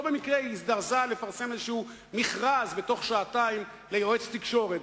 לא במקרה היא הזדרזה לפרסם מכרז כלשהו בתוך שעתיים ליועץ תקשורת,